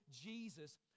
Jesus